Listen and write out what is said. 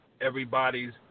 everybody's